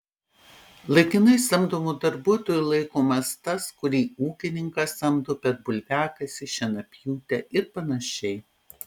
laikinai samdomu darbuotoju laikomas tas kurį ūkininkas samdo per bulviakasį šienapjūtę ir panašiai